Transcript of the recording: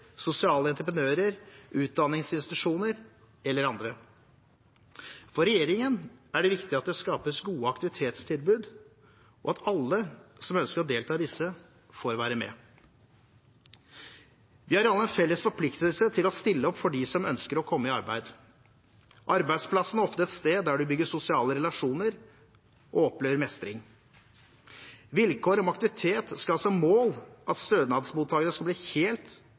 sosiale entreprenører, utdanningsinstitusjoner eller andre. For regjeringen er det viktig at det skapes gode aktivitetstilbud, og at alle som ønsker å delta i disse, får være med. Vi har alle en felles forpliktelse til å stille opp for dem som ønsker å komme i arbeid. Arbeidsplassen er ofte et sted der man bygger sosiale relasjoner og opplever mestring. Vilkår om aktivitet skal ha som mål at stønadsmottakeren skal bli helt